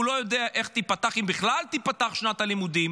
הוא לא יודע איך תיפתח אם בכלל תיפתח שנת הלימודים